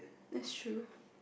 that's true